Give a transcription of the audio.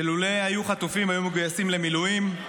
שלולא היו חטופים היו מגויסים למילואים.